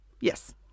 yes